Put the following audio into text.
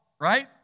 Right